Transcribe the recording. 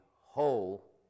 whole